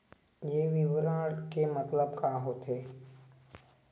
ये विवरण के मतलब का होथे?